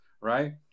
right